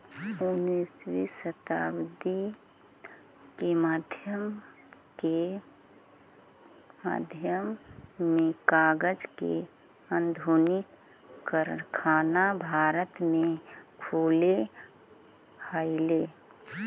उन्नीसवीं शताब्दी के मध्य में कागज के आधुनिक कारखाना भारत में खुलले हलई